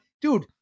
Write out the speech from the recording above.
dude